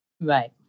Right